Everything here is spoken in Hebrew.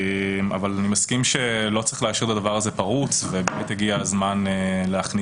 אבל אני מסכים שלא צריך להשאיר את הדבר הזה פרוץ ובאמת הגיע הזמן להכניס